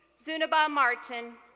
zunneh-bah martin,